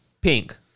Pink